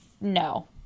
no